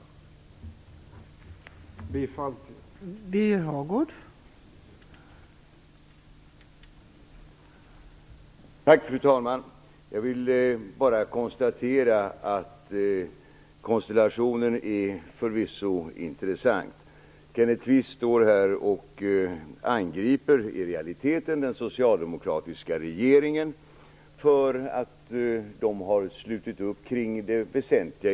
Jag yrkar bifall till utskottets hemställan.